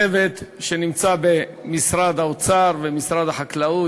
צוות במשרד האוצר ובמשרד החקלאות,